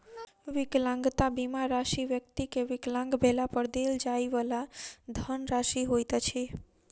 विकलांगता बीमा राशि व्यक्ति के विकलांग भेला पर देल जाइ वाला धनराशि होइत अछि